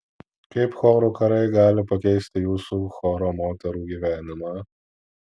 kaip chorų karai gali pakeisti jūsų choro moterų gyvenimą